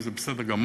וזה בסדר גמור.